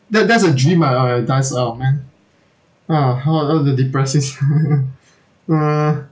that~ that's a dream ah I I there's a man !wah! how ah all the depressive uh